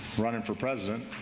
running for president